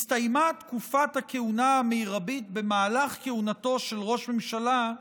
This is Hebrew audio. הסתיימה תקופה הכהונה המרבית במהלך כהונתו של ראש ממשלה,